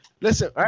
Listen